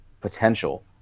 potential